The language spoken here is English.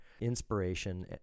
inspiration